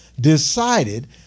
decided